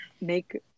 make